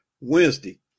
Wednesday